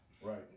Right